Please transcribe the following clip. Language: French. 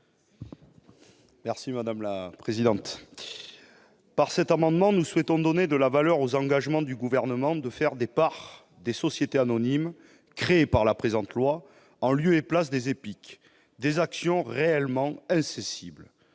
est à M. Fabien Gay. Par cet amendement, nous souhaitons donner de la valeur à l'engagement du Gouvernement de faire des parts des sociétés anonymes créées par le présent projet de loi, en lieu et place des EPIC, des actions réellement incessibles.